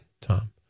tom